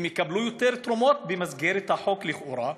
הם יקבלו יותר תרומות במסגרת החוק, לכאורה,